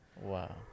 Wow